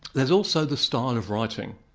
there's also the style and of writing.